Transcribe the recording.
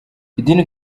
idini